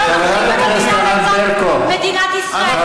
מדינת ישראל.